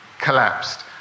collapsed